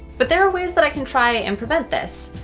but there are ways that i can try and prevent this.